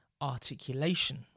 articulation